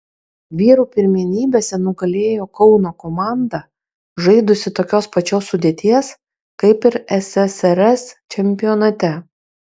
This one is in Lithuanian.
vyrų pirmenybėse nugalėjo kauno komanda žaidusi tokios pačios sudėties kaip ir ssrs čempionate